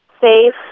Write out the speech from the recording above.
safe